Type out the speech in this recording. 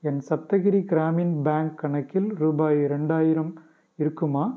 என் Saptagiri Grameen bank கணக்கில் ரூபாய் இரண்டாயிரம் இருக்குமா